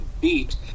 beat